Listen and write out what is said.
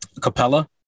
Capella